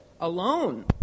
alone